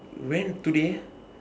when today